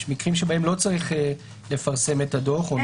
מקרים שבהם לא צריכים לפרסם את הדוח.